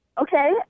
Okay